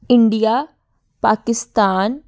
India Pakistan